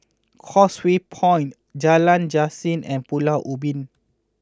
Causeway Point Jalan Yasin and Pulau Ubin